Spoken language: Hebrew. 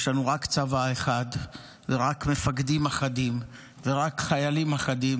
יש לנו רק צבא אחד ורק מפקדים אחדים ורק חיילים אחדים.